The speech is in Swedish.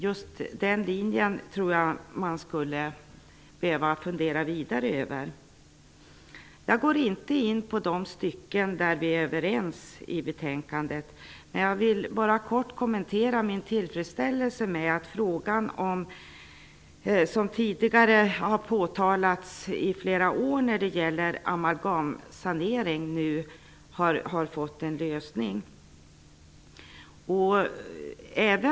Jag går inte in på de stycken i betänkandet där vi är överens. Jag vill kort kommentera min tillfredsställelse över att frågan om amalgamsanering nu har fått en lösning. Den har debatterats i flera år.